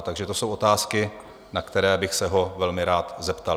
Takže to jsou otázky, na které bych se ho velmi rád zeptal.